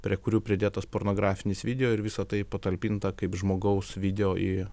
prie kurių pridėtas pornografinis video ir visa tai patalpinta kaip žmogaus video į